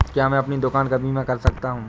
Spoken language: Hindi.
क्या मैं अपनी दुकान का बीमा कर सकता हूँ?